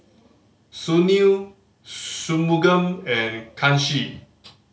Sunil Shunmugam and Kanshi